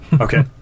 Okay